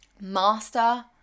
master